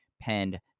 penned